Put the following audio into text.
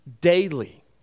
daily